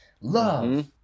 love